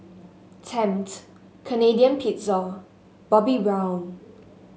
Tempt Canadian Pizza Bobbi Brown